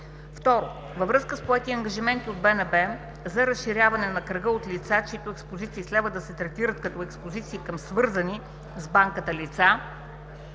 2. Във връзка с поети от БНБ ангажименти за разширяване на кръга от лица, чиито експозиции следва да се третират като експозиции към свързани с банката лица,